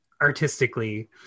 artistically